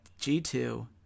G2